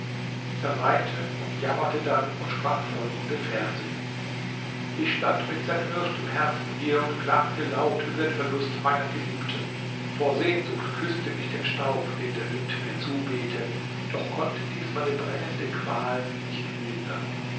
er weinte und jammerte dann und sprach folgende verse ich stand mit zerknirschtem herzen hier und klagte laut über den verlust meiner geliebten vor sehnsucht küßte ich den staub den der wind mir zuwehte doch konnte dies meine brennende qual nicht lindern